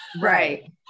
Right